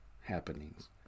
happenings